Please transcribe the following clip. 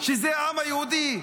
שזה העם היהודי.